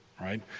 right